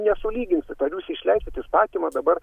nesulyginsit ar jūs išleisit įstatymą dabar